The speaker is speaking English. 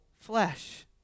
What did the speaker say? flesh